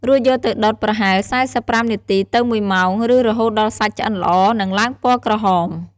រួចយកទៅដុតប្រហែល ៤៥ នាទីទៅ ១ ម៉ោង ឬរហូតដល់សាច់ឆ្អិនល្អ និងឡើងពណ៌ក្រហម។